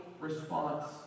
response